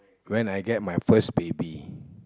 when I get my first baby